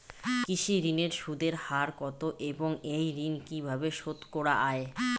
কৃষি ঋণের সুদের হার কত এবং এই ঋণ কীভাবে শোধ করা য়ায়?